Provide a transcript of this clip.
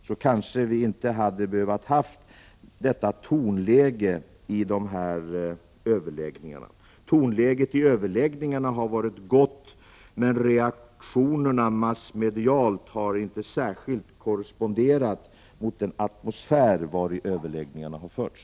Då kanske vi inte hade behövt ha detta tonläge i anslutning till överläggningarna. Tonläget i överläggningarna har varit gott, men de massmediala reaktionerna har inte korresponderat särskilt väl med den atmosfär vari överläggningarna har förts.